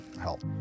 help